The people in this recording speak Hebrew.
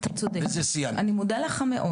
אתה צודק, אני מודה לך מאוד.